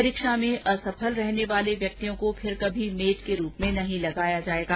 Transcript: परीक्षा में असफल रहने वाले व्यक्तियों को फिर कभी मेट के रूप में नहीं लगाया जाएगा